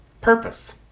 purpose